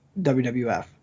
WWF